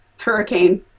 Hurricane